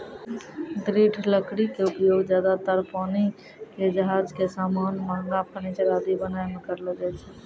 दृढ़ लकड़ी के उपयोग ज्यादातर पानी के जहाज के सामान, महंगा फर्नीचर आदि बनाय मॅ करलो जाय छै